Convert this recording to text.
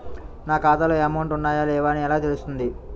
నా ఖాతాలో అమౌంట్ ఉన్నాయా లేవా అని ఎలా తెలుస్తుంది?